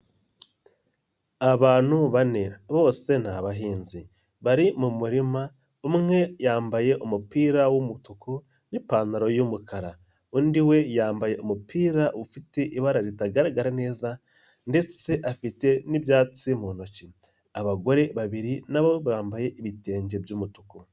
Abantu bane bose ni abahinzi bari mu murima, umwe yambaye umupira w'umutuku ni'pantaro y'umukara undi we yambaye umupira ufite ibara ritagaragara neza ndetse afite n'ibyatsi mu ntoki, abagore babiri nabo bambaye ibitenge by'umutuku.